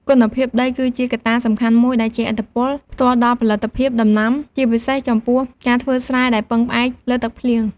គុណភាពដី គឺជាកត្តាសំខាន់មួយដែលជះឥទ្ធិពលផ្ទាល់ដល់ផលិតភាពដំណាំ ជាពិសេសចំពោះការធ្វើស្រែដែលពឹងផ្អែកលើទឹកភ្លៀង។